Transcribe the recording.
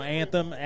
anthem